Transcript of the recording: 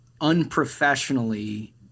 unprofessionally